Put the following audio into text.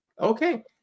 Okay